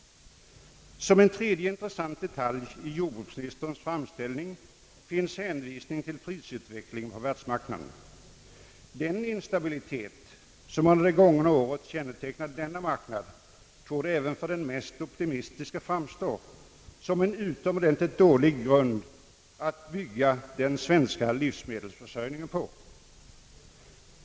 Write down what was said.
Som en tredje intressant detalj i jordbruksministerns framställning finns hänvisning till prisutvecklingen på världsmarknaden. Den instabilitet som under det gångna året kännetecknat denna marknad torde även för den mest optimistiske framstå såsom en utomordentligt dålig grund att bygga den svenska livsmedelsförsörjningen på.